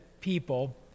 people